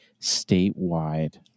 statewide